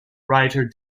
writer